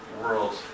world's